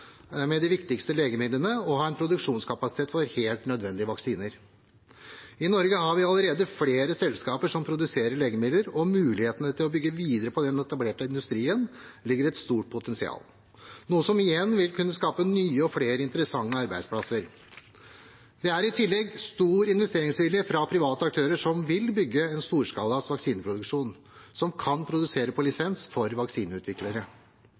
med de viktigste legemidlene og ha en produksjonskapasitet for helt nødvendige vaksiner. I Norge har vi allerede flere selskaper som produserer legemidler. I muligheten til å bygge videre på den etablerte industrien ligger det et stort potensial, noe som igjen vil kunne skape nye og flere interessante arbeidsplasser. Det er i tillegg stor investeringsvilje fra private aktører som vil bygge en storskala vaksineproduksjon, og som kan produsere på lisens for